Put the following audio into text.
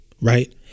Right